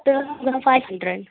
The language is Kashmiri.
تہٕ فایِو ہنٛڈرنٛڈ